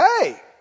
Hey